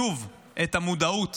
שוב, את המודעות